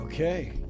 Okay